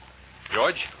George